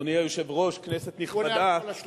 הוא עונה על כל השלוש.